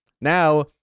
Now